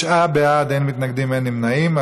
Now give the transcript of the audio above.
תשעה בעד, אין מתנגדים, אין נמנעים.